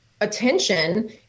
attention